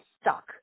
stuck